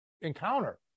encounter